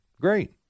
Great